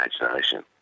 imagination